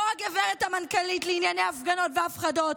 לא הגב' המנכ"לית לענייני הפגנות והפחדות,